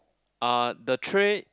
uh the tray